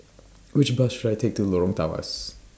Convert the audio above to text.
Which Bus should I Take to Lorong Tawas